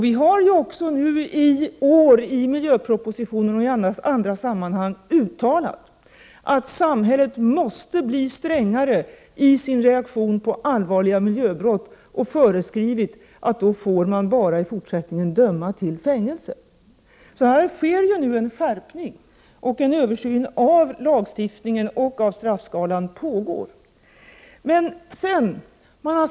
Vi har ju i år i miljöpropositionen och i andra sammanhang uttalat att samhället måste bli strängare i sin reaktion på allvarliga miljöbrott. Vi har därför föreskrivit att då får man bara i fortsättningen döma till fängelse. Här sker det alltså nu en skärpning, och en översyn av lagstiftningen och straffskalan pågår.